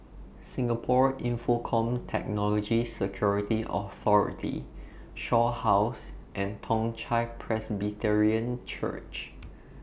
Singapore Infocomm Technology Security Authority Shaw House and Toong Chai Presbyterian Church